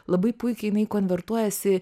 labai puikiai jinai konvertuojasi